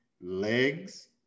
Legs